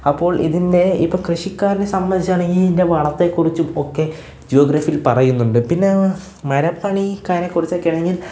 അപ്പോൾ ഇതിന്റെ ഇപ്പോള് കൃഷിക്കാരനെ സംബന്ധിച്ചാണെങ്കില് ഇതിന്റെ വളത്തേക്കുറിച്ചും ഒക്കെ ജോഗ്രഫിയിൽ പറയുന്നുണ്ട് പിന്നെ മരപ്പണിക്കാരെ കുറിച്ചൊക്കെയാണെങ്കിൽ